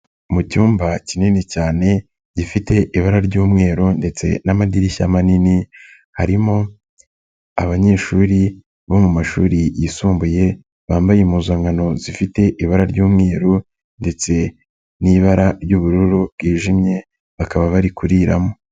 Mu cyumba kinini cyane, gifite ibara ry'umweru ndetse n'amadirishya manini, harimo abanyeshuri bo mu mashuri yisumbuye, bambaye impuzankano zifite ibara ry'umweru ndetse n'ibara ry'ubururu bwijimye, bakaba bari kuriramo.